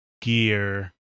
gear